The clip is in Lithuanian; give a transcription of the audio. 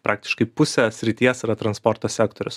praktiškai pusė srities yra transporto sektorius